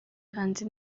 hanze